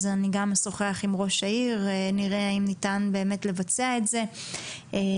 אז באמת לדבר עם ראש העיר ולראות איך ניתן לבצע את זה באמת,